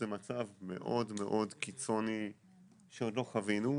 זה מצב מאוד מאוד קיצוני שעוד לא חווינו,